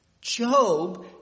Job